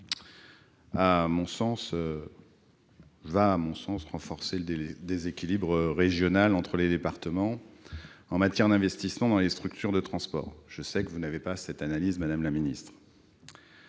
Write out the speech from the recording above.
va, selon moi, renforcer le déséquilibre régional entre les départements en matière d'investissement dans les infrastructures de transport. Je sais que telle n'est pas votre analyse, madame la ministre.